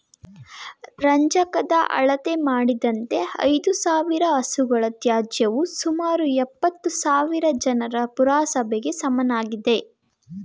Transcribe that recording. ರಂಜಕದ ಅಳತೆ ಮಾಡಿದಂತೆ ಐದುಸಾವಿರ ಹಸುಗಳ ತ್ಯಾಜ್ಯವು ಸುಮಾರು ಎಪ್ಪತ್ತುಸಾವಿರ ಜನರ ಪುರಸಭೆಗೆ ಸಮನಾಗಿದೆ